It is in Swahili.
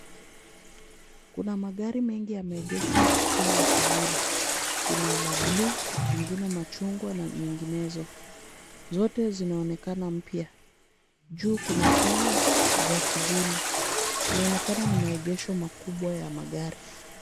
Kuna magari mengi yameegeshwa chini ya kivuli. Kuna la blue , jingine machungwa na nyinginezo. Zote zinaonekana mpya. Juu kuna paa za kivuli. Inaonekana ni maegesho makubwa ya magari.